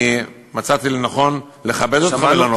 אני מצאתי לנכון לכבד אותך ולענות לך.